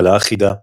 כלכלה אחידה,